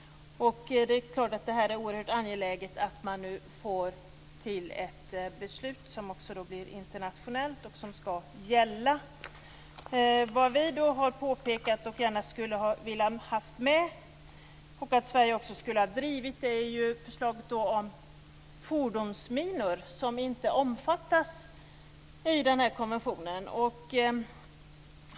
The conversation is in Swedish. Det är förstås oerhört angeläget att man nu får till ett beslut som också blir internationellt och som skall gälla. Vad vi gärna skulle ha haft med, och önskar att Sverige skulle ha drivit, är förslaget om fordonsminor, som inte omfattas av denna konvention.